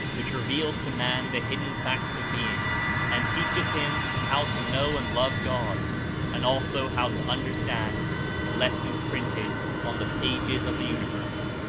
which reveals to man the hidden facts of being and teaches him how to know and love god and also how to understand the les sons printed on the pages of the universe.